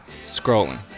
scrolling